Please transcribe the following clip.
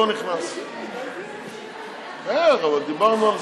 התשע"ז 2016. יציג את הצעת החוק חבר הכנסת דוד ביטן.